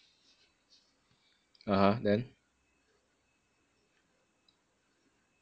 (uh huh) then